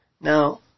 Now